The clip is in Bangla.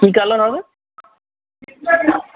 কি কালার না হবে